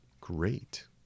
Great